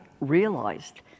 realized